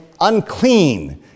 unclean